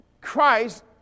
Christ